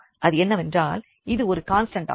அது என்னவென்றால் இது ஒரு கான்ஸ்டண்ட் ஆகும்